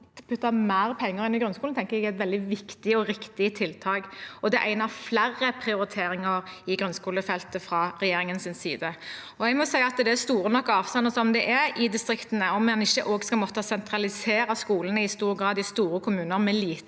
å putte mer penger inn i grunnskolen, tenker jeg er et veldig viktig og riktig tiltak, og det er en av flere prioriteringer i grunnskolefeltet fra regjeringens side. Jeg må si at det er store nok avstander som det er i distriktene om en ikke også i stor grad skal måtte sentralisere skolene i store kommuner med liten